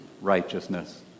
righteousness